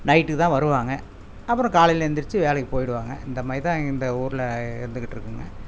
நைட்டுக்கு தான் வருவாங்க அப்புறம் காலையில் எழுந்திருச்சி வேலைக்கு போயிடுவாங்க இந்த மாதிரி தான் இந்த ஊரில் இருந்துகிட்டுருக்குங்க